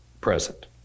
present